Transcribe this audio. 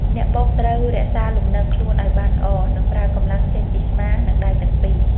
អ្នកបុកត្រូវរក្សាលំនឹងខ្លួនឱ្យបានល្អ និងប្រើកម្លាំងចេញពីស្មា និងដៃទាំងពីរ។